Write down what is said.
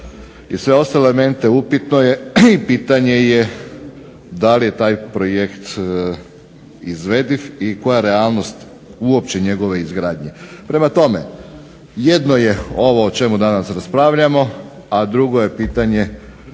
i sve ostale elemente upitno je i pitanje je da li je taj projekt izvediv i koja je realnost uopće njegove izgradnje. Prema tome, jedno je ovo o čemu danas raspravljamo, a drugo je pitanje